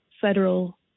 federal